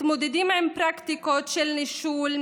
מתמודדים הם פרקטיקות של נישול,